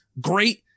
great